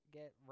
get